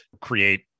create